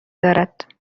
دارد